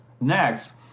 Next